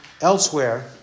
elsewhere